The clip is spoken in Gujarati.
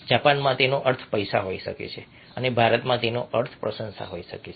જાપાનમાં તેનો અર્થ પૈસા હોઈ શકે છે અને ભારતમાં તેનો અર્થ પ્રશંસા થઈ શકે છે